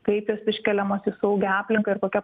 kaip jos iškeliamos į saugią aplinką ir kokia